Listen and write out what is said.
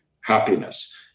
happiness